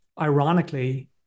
ironically